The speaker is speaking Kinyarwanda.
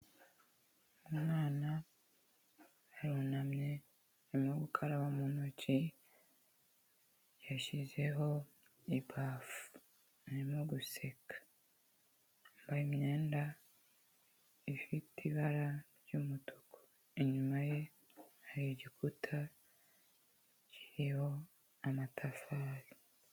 Umwana arunamye arimo gukaraba mu ntoki yashyizeho ibafu arimo guseka, yambaye imyenda ifite ibara ry'umutuku, inyuma ye hari igikuta kiriho amatafari.